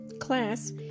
class